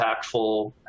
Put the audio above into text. impactful